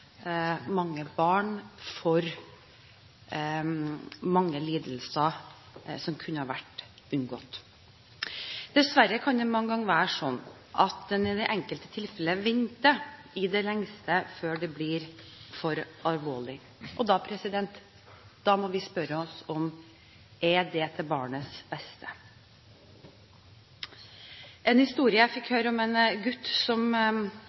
mange barn for lidelser som kunne vært unngått. Dessverre kan det mange ganger være sånn at en i det enkelte tilfellet venter i det lengste før det blir for alvorlig. Da må vi spørre oss om det er til barnets beste. I en historie jeg fikk høre om en gutt som